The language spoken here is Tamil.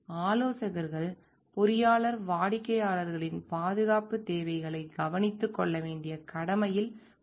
ஆலோசகர் பொறியாளர்கள் வாடிக்கையாளர்களின் பாதுகாப்புத் தேவைகளைக் கவனித்துக் கொள்ள வேண்டிய கடமையில் உள்ளனர்